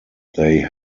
they